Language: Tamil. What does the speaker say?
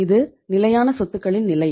இது நிலையான சொத்துகளின் நிலை